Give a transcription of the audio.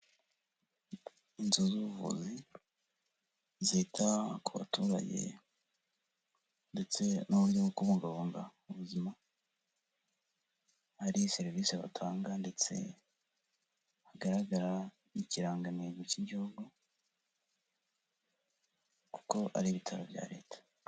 Inzu z'ubuvuzi zita ku baturage ndetse n'uburyo bwo kubungabunga ubuzima, hari serivisi batanga ndetse hagaragara ikirangantego cy'igihugu kuko ari ibitaro bya leta.